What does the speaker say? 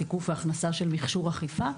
תיקוף והכנסה של מכשור אכיפה,